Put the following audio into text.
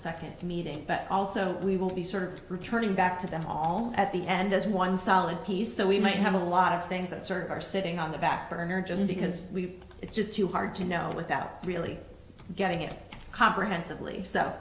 second meeting but also we will be sort of returning back to the hall at the end as one solid piece so we may have a lot of things that certain are sitting on the back burner just because it's just too hard to know without really getting it comprehensive